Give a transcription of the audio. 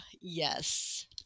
Yes